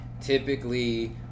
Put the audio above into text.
typically